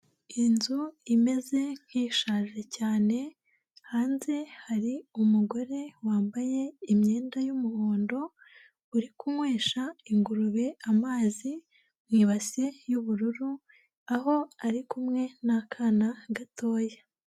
Inzu imeze nk'ishaje cyane hanze hari umugore wambaye imyenda y'umuhondo, uri kunywesha ingurube amazi mu ibasi y'ubururu, aho ari kumwe n'akana gatoya.